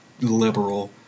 liberal